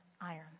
iron